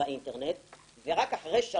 אנחנו באמת צריכים לגרום לזה שכל המקומות של שעות